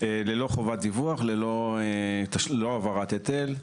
ללא חובת דיווח, העברת היטל,